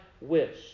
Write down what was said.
wish